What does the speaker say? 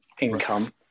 income